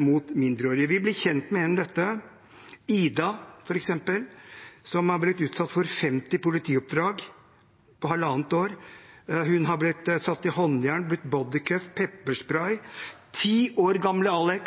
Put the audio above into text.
mot mindreårige. Vi blir gjennom dette kjent med Ida, f.eks., som har blitt utsatt for 50 politioppdrag på halvannet år. Hun har blitt satt i håndjern, det har blitt brukt «bodycuff» og pepperspray. 10 år gamle